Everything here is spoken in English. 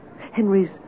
Henry's